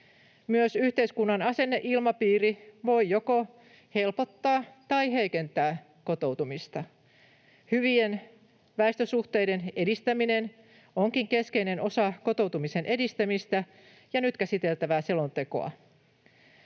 Myös yhteiskunnan asenneilmapiiri voi joko helpottaa tai heikentää kotoutumista. Hyvien väestösuhteiden edistäminen onkin keskeinen osa kotoutumisen edistämistä ja nyt käsiteltävää selontekoa.